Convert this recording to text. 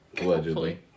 allegedly